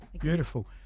Beautiful